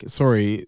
sorry